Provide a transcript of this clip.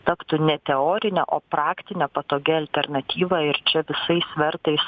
taptų ne teorine o praktine patogia alternatyva ir čia visais svertais